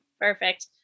Perfect